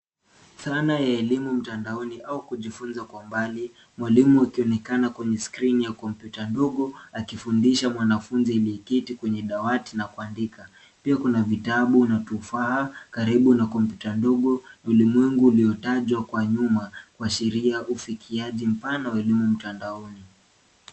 Dhana ya elimu mtandaoni au kujifunza kwa mbali mwalimu akionekana kwenye skrini ya kompyuta ndogo akifundisha mwanafunzi aliyeketi kwenye dawati na kuandika. Pia kuna vitabu na tofaha karibu na komyuta ndogo ulimwengu uliotajwa kwa nyuma kuashiria ufikiaji mpana wa elimu mtandaoni.